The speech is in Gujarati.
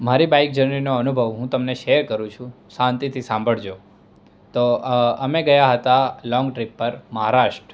મારી બાઈક જર્નીનો અનુભવ હું તમને શેર કરું છું શાંતિથી સાંભળજો તો અમે ગયા હતા લોન્ગ ટ્રીપ પર મહારાષ્ટ્ર